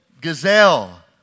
gazelle